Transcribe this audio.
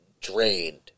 drained